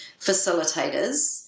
facilitators